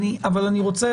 אבל אני רוצה,